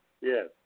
Yes